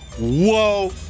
Whoa